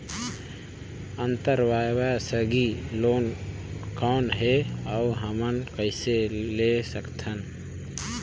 अंतरव्यवसायी लोन कौन हे? अउ हमन कइसे ले सकथन?